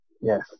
Yes